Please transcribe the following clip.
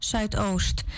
Zuidoost